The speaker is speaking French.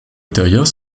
ultérieures